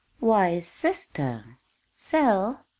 why, sister sell?